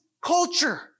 culture